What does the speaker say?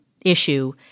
issue